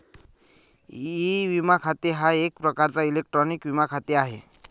E विमा खाते हा एक प्रकारचा इलेक्ट्रॉनिक विमा खाते आहे